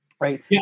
right